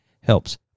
helps